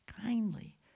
kindly